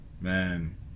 Man